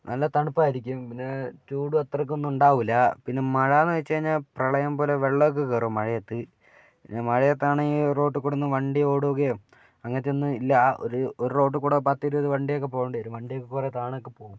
നല്ല തണുപ്പായിരിക്കും പിന്നെ ചൂടും അത്രയ്ക്കൊന്നും ഉണ്ടാവില്ല പിന്നെ മഴയെന്ന് വച്ചു കഴിഞ്ഞാൽ പ്രളയം പോലെ വെള്ളമൊക്കെ കയറും മഴയത്ത് പിന്ന മഴയത്താണെങ്കിൽ റോഡിൽക്കൂടിയൊന്നും വണ്ടി ഓടുകയോ അങ്ങനത്തെ ഒന്നും ഇല്ല ആ ഒരു ഒരു റോഡിൽക്കൂടി പത്ത് ഇരുപത് വണ്ടിയൊക്കെ പോകേണ്ടിവരും വണ്ടിയൊക്കെ കുറേ താണൊക്കെ പോവും